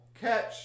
catch